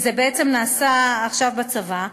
זה בעצם נעשה עכשיו בצבא,